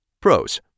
Pros